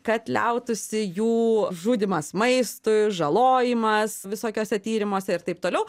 kad liautųsi jų žudymas maistui žalojimas visokiuose tyrimuose ir taip toliau